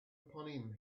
upon